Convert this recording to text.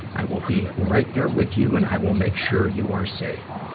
i will be right there with you and i will make sure you are safe.